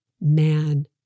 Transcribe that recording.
man